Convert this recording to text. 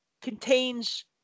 contains